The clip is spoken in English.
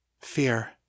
Fear